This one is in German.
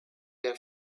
der